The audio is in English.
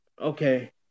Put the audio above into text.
okay